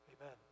Amen